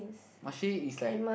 Marche is like